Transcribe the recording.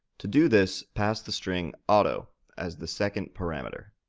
to do this, pass the string auto as the second parameter.